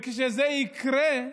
כשזה יקרה,